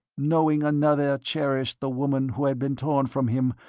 knowing another cherished the woman who had been torn from him,